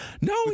No